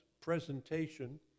presentation